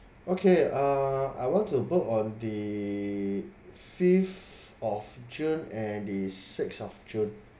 okay uh I want to book on the fifth of june and the sixth of june